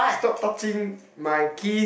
stop touching my keys